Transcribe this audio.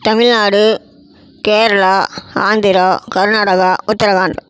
Tamil Nadu Kerala Andhra Karnataka Uttarakhand